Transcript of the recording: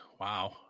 wow